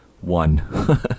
one